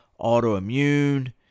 autoimmune